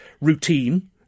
routine